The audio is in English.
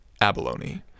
abalone